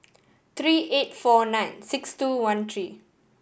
three eight four nine six two one three